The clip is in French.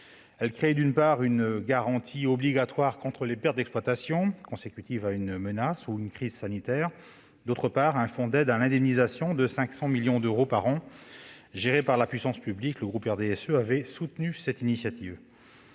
à créer, d'une part, une garantie obligatoire contre les pertes d'exploitation consécutives à une menace ou à crise sanitaire grave et, d'autre part, un fonds d'aide à l'indemnisation de 500 millions d'euros par an, géré par la puissance publique. Le groupe RDSE avait soutenu cette initiative.